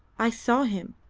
i saw him,